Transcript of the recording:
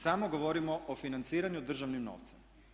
Samo govorimo o financiranju državnim novcem.